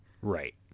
Right